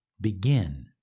Begin